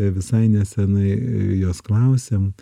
visai nesenai jos klausėm